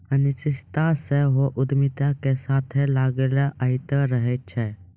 अनिश्चितता सेहो उद्यमिता के साथे लागले अयतें रहै छै